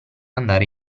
andare